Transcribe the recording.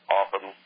often